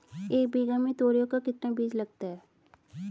एक बीघा में तोरियां का कितना बीज लगता है?